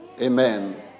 Amen